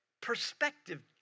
perspective